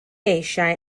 eisiau